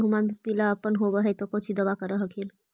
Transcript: गोहुमा मे पिला अपन होबै ह तो कौची दबा कर हखिन?